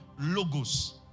logos